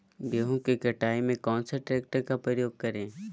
गेंहू की कटाई में कौन सा ट्रैक्टर का प्रयोग करें?